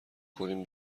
کنیم